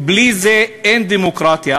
בלי זה אין דמוקרטיה.